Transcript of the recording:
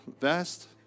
vest